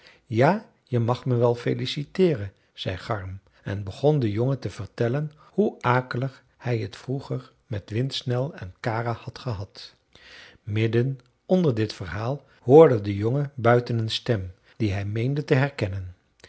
ja je mag me wel feliciteeren zei garm en begon den jongen te vertellen hoe akelig hij het vroeger met windsnel en kara had gehad midden onder dit verhaal hoorde de jongen buiten een stem die hij meende te herkennen